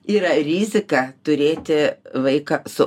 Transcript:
yra rizika turėti vaiką su